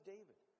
David